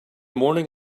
morning